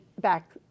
back